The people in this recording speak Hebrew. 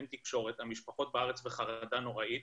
אין תקשורת והמשפחות בארץ בחרדה נוראית